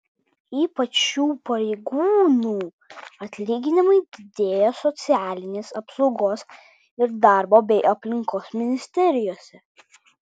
ypač šių pareigūnų atlyginimai didėjo socialinės apsaugos ir darbo bei aplinkos ministerijose